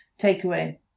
Takeaway